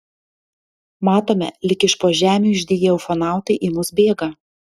matome lyg iš po žemių išdygę ufonautai į mus bėga